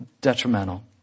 detrimental